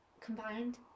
combined